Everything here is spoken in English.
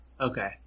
Okay